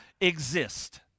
exist